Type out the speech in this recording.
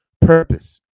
purpose